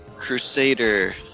Crusader